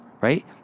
Right